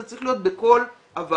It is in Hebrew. זה צריך להיות בכל הוועדות,